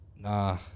nah